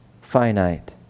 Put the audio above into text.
finite